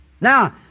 Now